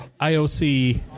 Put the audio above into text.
IOC